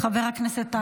חבר הכנסת טייב.